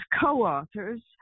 co-authors